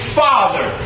father